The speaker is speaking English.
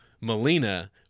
Melina